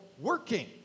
working